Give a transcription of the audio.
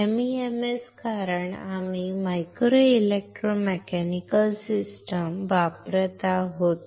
MEMS कारण आम्ही micro electro mechanical system वापरत आहोत